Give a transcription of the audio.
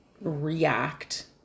react